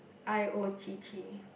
I_O_T_T